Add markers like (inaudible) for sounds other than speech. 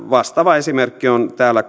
vastaava esimerkki on täällä (unintelligible)